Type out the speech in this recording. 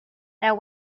that